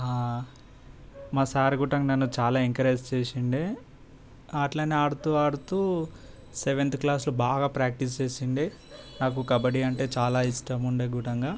మా సార్ గుట్టంగ నన్ను చాలా ఎంకరేజ్ చేసి ఉండే అట్లనే ఆడుతూ ఆడుతూ సెవెంత్ క్లాస్లో బాగా ప్రాక్టీస్ చేసిండే నాకు కబడ్డీ అంటే చాలా ఇష్టం ఉండే గుట్టంగా